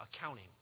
accounting